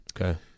Okay